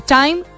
time